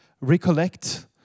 recollect